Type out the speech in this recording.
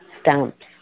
stamps